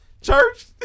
Church